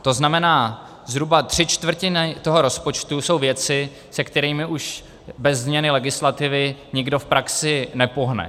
To znamená zhruba tři čtvrtiny rozpočtu jsou věci, se kterými už bez změny legislativy nikdo v praxi nepohne.